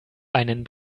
einen